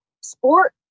sport